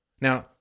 Now